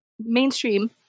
mainstream